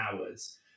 hours